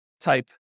type